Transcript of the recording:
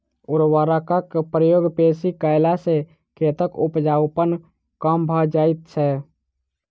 उर्वरकक प्रयोग बेसी कयला सॅ खेतक उपजाउपन कम भ जाइत छै